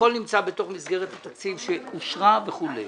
הכול נמצא בתוך מסגרת התקציב שאושרה וכו'.